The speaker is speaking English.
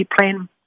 plan